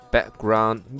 Background